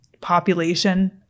population